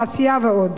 תעשייה ועוד.